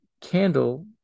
candle